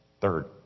Third